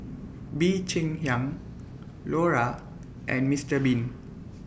Bee Cheng Hiang Lora and Mister Bean